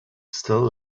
still